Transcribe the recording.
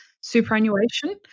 superannuation